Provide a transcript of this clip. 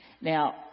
Now